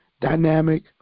dynamic